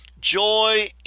Joy